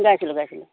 গাইছিলোঁ গাইছিলোঁ